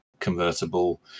convertible